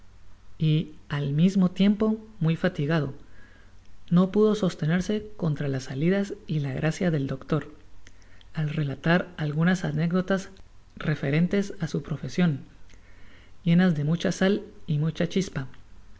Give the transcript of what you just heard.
y ai mismo tiempo muy fatigado no pudo sostenerse contra las salidas y la gracia del doctor al relatar algunas anécdotas referentes á su profesion llenas de mucha sal y mucha chispa